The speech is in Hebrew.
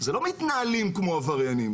זה לא מתנהלים כמו עבריינים,